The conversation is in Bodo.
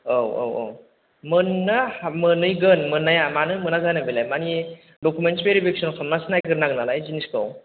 औ औ औ मोननो मोनहैगोन मोननाया मानो मोना जानो बेलाय मानि डकुमेन्ट्स भेरिफिकेसन खालामनानासै नायग्रोनांगोन नालाय जिनिसखौ